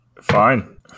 Fine